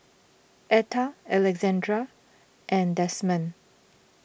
Etta Alexandra and Desmond